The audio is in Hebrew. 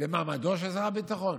במעמדו של שר הביטחון?